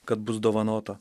kad bus dovanota